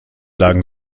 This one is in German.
lagen